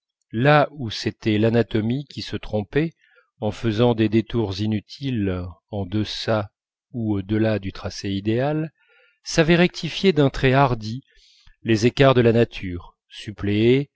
là où c'était l'anatomie qui se trompait en faisant des détours inutiles en deçà ou au delà du tracé idéal savait rectifier d'un trait hardi les écarts de la nature suppléer